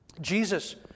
Jesus